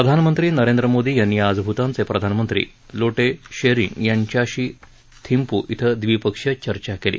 प्रधानमंत्री नरेंद्र मोदी यांनी आज भूतानचे प्रधानमंत्री लोटे त्शेरींग यांच्याशी थिम्पू इथं द्विपक्षीय चर्चा केली